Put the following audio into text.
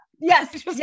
Yes